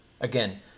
again